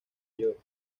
york